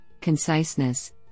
Conciseness